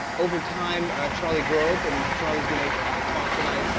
overtime, charlie grope, and charlie's gonna talk tonight.